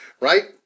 right